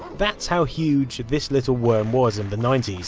that's how huge this little worm was in the ninety s.